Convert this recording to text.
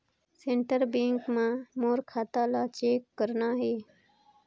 Central Bank मां मोर खाता ला चेक करना हे?